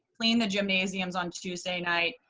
clean the gymnasiums on tuesday night,